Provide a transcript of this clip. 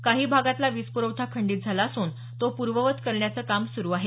काही भागातला वीज पुरवठा खंडित झाला असून तो पर्ववत करण्याचं काम सुरू आहे